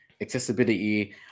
accessibility